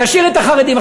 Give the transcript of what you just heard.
תשאיר את החרדים.